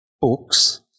books